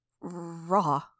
raw